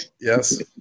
Yes